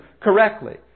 correctly